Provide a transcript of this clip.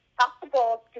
possible